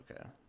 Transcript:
okay